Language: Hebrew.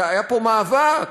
היה פה מאבק,